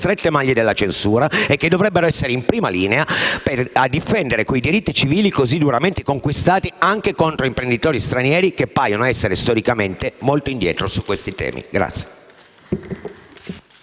strette maglie della censura e che dovrebbero essere in prima linea a difendere quei diritti civili così duramente conquistati anche contro imprenditori stranieri che paiono essere storicamente molto indietro su questi temi.